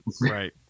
right